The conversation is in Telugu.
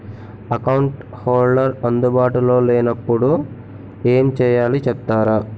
అకౌంట్ హోల్డర్ అందు బాటులో లే నప్పుడు ఎం చేయాలి చెప్తారా?